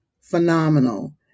phenomenal